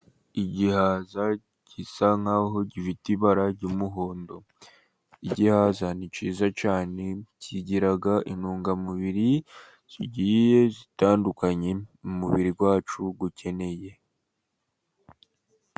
Igihaza gisa nk'aho gifite ibara ry'umuhondo, igihaza ni cyiza cyane kigira intungamubiri zigiye zitandukanye, umubiri wacu ukeneye.